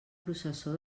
processó